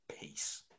Peace